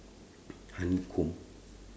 honeycomb